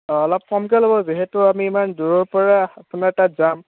অঁ অলপ কমকৈ ল'ব যিহেতু আমি ইমান দূৰৰপৰা আপোনাৰ তাত যাম